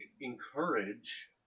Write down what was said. encourage